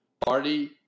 party